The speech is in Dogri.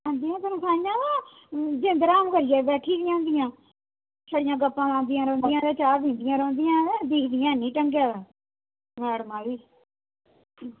ते करो कम्म जिंद राम करियै बैठी दी होनी ऐ छड़ियां गप्पां मारदियां रौहंदियां ते चाह् पींदियां रौहंदियां दिक्खदियां हैन निं ढंगै दा मैडम आई